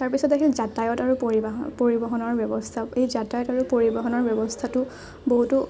তাৰপিছত আহিল যাতায়ত আৰু পৰিৱহণ পৰিবহণৰ ব্যৱস্থা এই পৰিৱহণৰ ব্যৱস্থাটো বহুতো